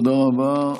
תודה רבה.